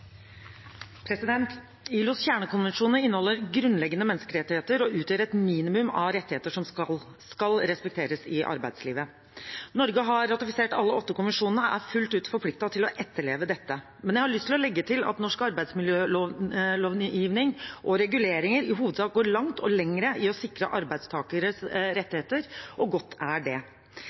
ILOs kjernekonvensjoner inneholder grunnleggende menneskerettigheter og utgjør et minimum av rettigheter som skal respekteres i arbeidslivet. Norge har ratifisert alle de åtte konvensjonene og er fullt ut forpliktet til å etterleve dem, men jeg har lyst å legge til at norsk arbeidsmiljølovgivning og reguleringer i hovedsak går langt og lenger i å sikre arbeidstakeres rettigheter – og godt er det.